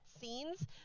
scenes